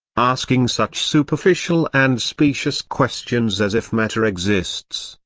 asking such superficial and specious questions as if matter exists,